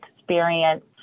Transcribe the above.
experience